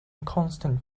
constant